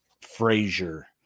Frazier